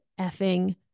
effing